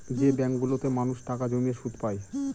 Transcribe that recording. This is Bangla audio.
যে ব্যাঙ্কগুলোতে মানুষ টাকা জমিয়ে সুদ পায়